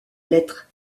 lettre